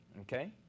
okay